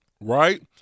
Right